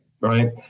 right